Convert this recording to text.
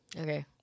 Okay